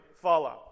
follow